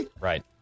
Right